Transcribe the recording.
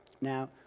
Now